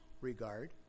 regard